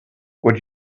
would